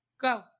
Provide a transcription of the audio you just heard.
Go